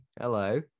hello